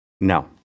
No